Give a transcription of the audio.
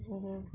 mmhmm